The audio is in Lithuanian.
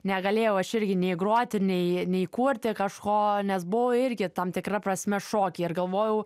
negalėjau aš irgi nei groti nei nei kurti kažko nes buvau irgi tam tikra prasme šoke ir galvojau